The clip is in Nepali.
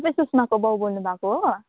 तपाईँ सुषमाको बाउ बोल्नुभएको हो